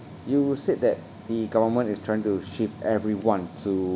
you said that the government is trying to shift everyone to